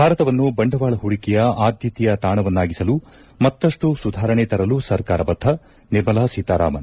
ಭಾರತವನ್ನು ಬಂಡವಾಳ ಹೂಡಿಕೆಯ ಆದ್ಲತೆಯ ತಾಣವನ್ನಾಗಿಸಲು ಮತ್ತಷ್ನು ಸುಧಾರಣೆ ತರಲು ಸರ್ಕಾರ ಬದ್ದ ನಿರ್ಮಲಾ ಸೀತಾರಾಮನ್